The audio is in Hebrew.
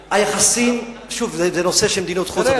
היחסים, זה נושא של מדיניות חוץ.